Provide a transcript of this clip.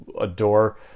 adore